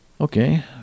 Okay